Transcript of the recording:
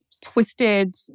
twisted